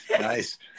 Nice